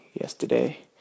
yesterday